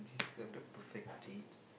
describe the perfect date